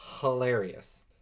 hilarious